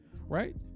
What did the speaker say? right